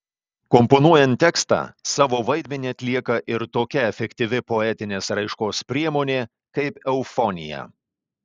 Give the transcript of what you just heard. komponuojant tekstą savo vaidmenį atlieka ir tokia efektyvi poetinės raiškos priemonė kaip eufonija